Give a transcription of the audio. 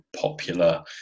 popular